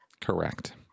Correct